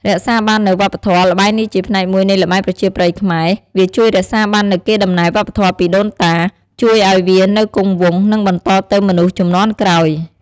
រក្សាបាននូវវប្បធម៌ ល្បែងនេះជាផ្នែកមួយនៃល្បែងប្រជាប្រិយខ្មែរ វាជួយរក្សាបាននូវកេរដំណែលវប្បធម៌ពីដូនតា ជួយឲ្យវានៅគង់វង្ស និងបន្តទៅមនុស្សជំនាន់ក្រោយ។